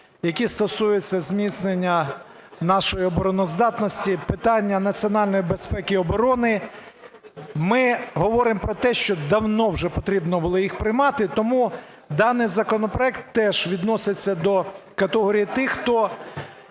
які стосуються зміцнення нашої обороноздатності, питання національної безпеки і оборони. Ми говоримо про те, що давно вже потрібно було їх приймати. Тому даний законопроект теж відноситься до категорії тих, хто